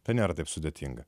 tai nėra taip sudėtinga